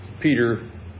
Peter